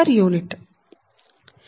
u